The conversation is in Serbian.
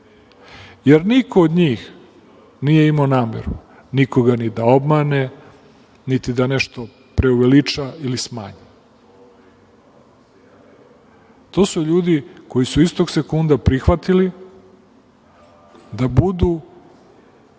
jer niko od njih nije imao nameru nikoga ni da obmane, niti da nešto preuveliča ili smanji. To su ljudi koji su istog sekunda prihvatili da budu